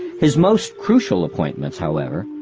his most crucial appointments, however,